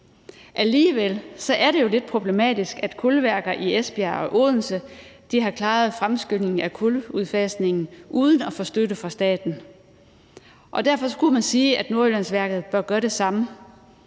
Og det er jo lidt problematisk, at kulværker i Esbjerg og Odense har klaret fremskyndelsen af kuludfasningen uden at få støtte fra staten. Derfor kunne man sige, at Nordjyllandsværket bør gøre det samme.